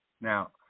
Now